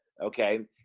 okay